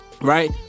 Right